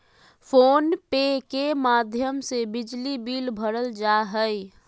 phone पे के माध्यम से बिजली बिल भरल जा हय